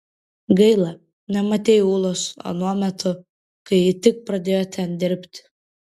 gaila nematei ulos anuo metu kai ji tik pradėjo ten dirbti